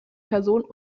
person